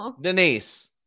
Denise